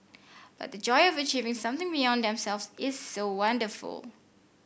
but the joy of achieving something beyond themselves is so wonderful